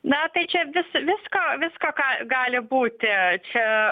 na tai čia vis viską viską ką gali būti čia